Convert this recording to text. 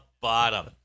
bottom